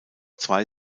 zwei